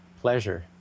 pleasure